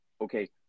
Okay